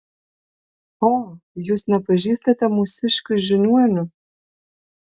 o jūs nepažįstate mūsiškių žiniuonių